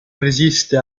resiste